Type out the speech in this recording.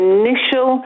initial